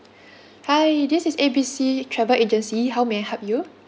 hi this is A B C travel agency how may I help you